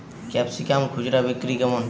Capsicum খুচরা বিক্রি কেমন?